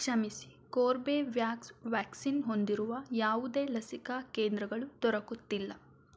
ಕ್ಷಮಿಸಿ ಕೋರ್ಬೆವ್ಯಾಕ್ಸ್ ವ್ಯಾಕ್ಸಿನ್ ಹೊಂದಿರುವ ಯಾವುದೇ ಲಸಿಕಾ ಕೇಂದ್ರಗಳು ದೊರಕುತ್ತಿಲ್ಲ